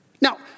Now